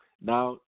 Now